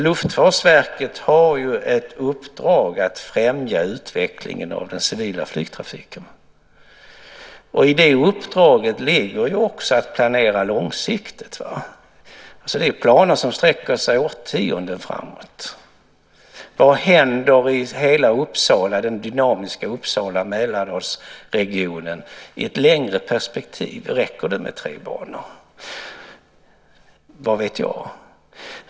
Luftfartsverket har uppdraget att främja utvecklingen av den civila flygtrafiken. I det uppdraget ligger att planera långsiktigt. Det är planer som sträcker sig årtionden framåt. Vad händer i hela den dynamiska Uppsala och Mälardalsregionen i ett längre perspektiv? Räcker det med tre banor? Vad vet jag.